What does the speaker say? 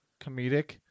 comedic